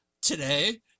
Today